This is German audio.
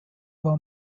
war